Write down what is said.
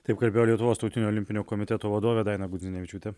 taip kalbėjo lietuvos tautinio olimpinio komiteto vadovė daina gudzinevičiūtė